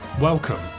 welcome